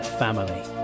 family